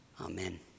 Amen